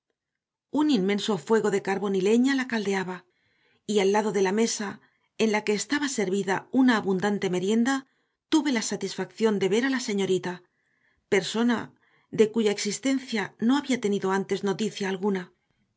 un inmenso fuego de carbón y leña la caldeaba y al lado de la mesa en la que estaba servida una abundante merienda tuve la satisfacción de ver a la señorita persona de cuya existencia no había tenido antes noticia alguna